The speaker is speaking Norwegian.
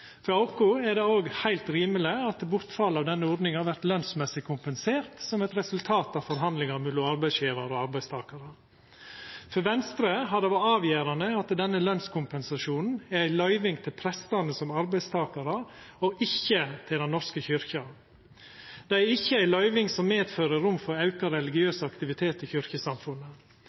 er det òg heilt rimeleg at bortfallet av denne ordninga vert lønsmessig kompensert som eit resultat av forhandlingar mellom arbeidsgjevar og arbeidstakarar. For Venstre har det vore avgjerande at denne lønskompensasjonen er ei løyving til prestane som arbeidstakarar, og ikkje til Den norske kyrkja. Det er ikkje ei løyving som medfører rom for auka religiøs aktivitet i